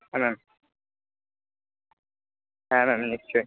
হ্যাঁ ম্যাম হ্যাঁ ম্যাম নিশ্চয়ই